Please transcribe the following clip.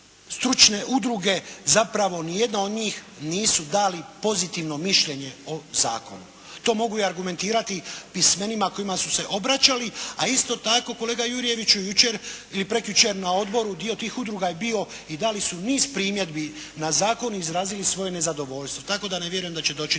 stručne udruge, zapravo nijedna od njih nisu dali pozitivno mišljenje o zakonu. To mogu i argumentirati pismenima kojima su se obraćali. A isto tako kolega Jurjeviću jučer ili prekjučer na odboru dio tih udruga je bio i dali su niz primjedbi na zakon i izrazili svoje nezadovoljstvo, tako da ne vjerujem da će doći do